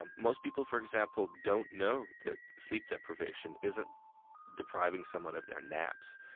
um most people, for example, don't know that sleep deprivation isn't depriving someone of their naps.